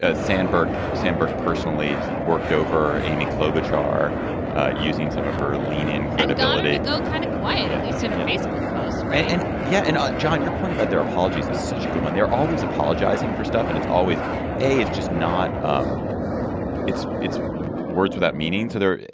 ah sandberg sandberg personally worked over amy klobuchar using some of her lean in credibility to go kind of quiet at least in her facebook posts right. and yeah and ah john your point about their apologies is such a good one they're always apologizing for stuff and it's always a it's just not um it's it's words without meaning to their.